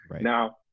Now